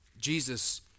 Jesus